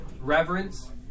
reverence